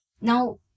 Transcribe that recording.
Now